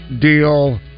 deal